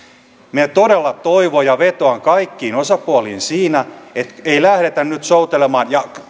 minä todella toivon ja vetoan kaikkiin osapuoliin siinä että ei lähdetä nyt soutelemaan ja